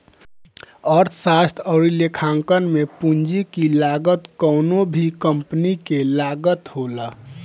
अर्थशास्त्र अउरी लेखांकन में पूंजी की लागत कवनो भी कंपनी के लागत होला